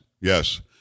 Yes